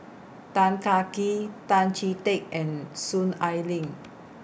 Tan Kah Kee Tan Chee Teck and Soon Ai Ling